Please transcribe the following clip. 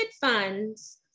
funds